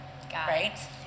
right